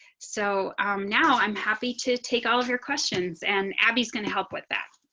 so now i'm happy to take all of your questions and abby is going to help with that.